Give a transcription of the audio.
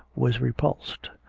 was repulsed.